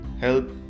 help